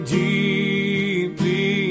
deeply